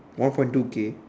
one point two K